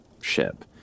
ship